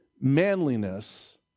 manliness